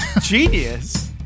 genius